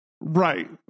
Right